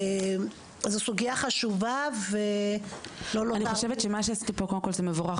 זו סוגיה חשובה מה שעשיתם כאן זה מבורך,